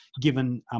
given